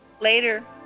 Later